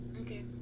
Okay